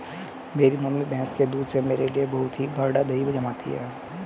मेरी मम्मी भैंस के दूध से मेरे लिए बहुत ही गाड़ा दही जमाती है